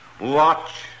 Watch